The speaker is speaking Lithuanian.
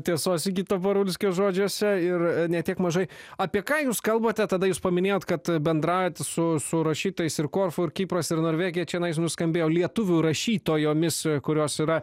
tiesos sigito parulskio žodžiuose ir ne tiek mažai apie ką jūs kalbate tada jūs paminėjot kad bendraujat su su rašytojais ir korfų ir kipras ir norvegija čianais nuskambėjo lietuvių rašytojomis kurios yra